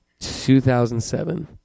2007